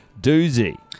doozy